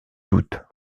doute